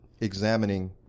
examining